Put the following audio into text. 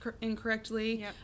incorrectly